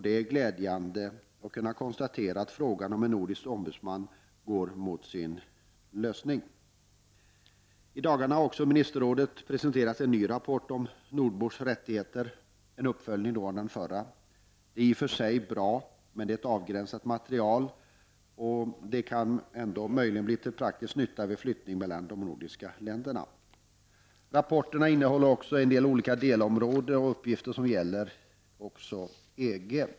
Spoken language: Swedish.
Det är glädjande att kunna konstatera att frågan om en nordisk ombudsman går mot sin lösning. I dagarna har ministerrådet presenterat en ny rapport om nordbors rättigheter, en uppföljning av den förra. Det är ett i och för sig bra men avgränsat material, som kan vara till praktisk nytta vid flyttning mellan de nordiska länderna. Rapporten innehåller också på de olika delområdena uppgifter om gällande ordning inom EG.